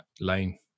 lane